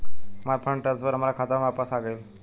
हमार fund transfer हमार खाता में वापस आ गइल